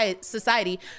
society